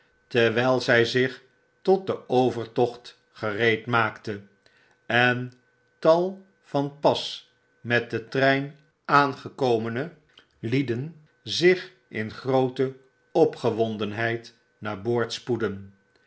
terwyl zij zich tot den overtocht gereedmaakte en tal van pas met den trein aangekomene lieden zich in groote opgewonderiheid naar boord spoedden